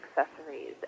accessories